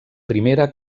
primera